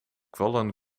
kwallen